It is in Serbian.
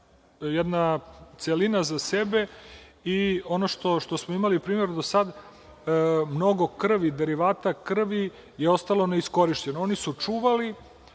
jedna celina za sebe i ono što smo imali, na primer, do sada, to je da mnogo krvi, derivata krvi je ostalo neiskorišćeno. Oni su čuvali,